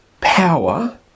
power